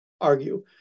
argue